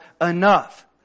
enough